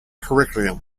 curriculum